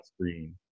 screen